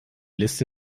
liste